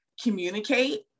communicate